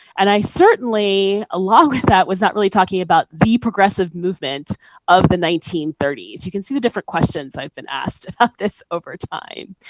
and i certainly, along with that, was not really talking about the progressive movement of the nineteen thirty s. you can see the different questions i have been asked about this over time.